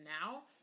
now